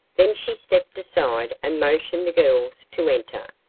then she stepped aside and motioned the girls to enter,